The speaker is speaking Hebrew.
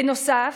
בנוסף,